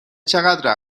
چقدر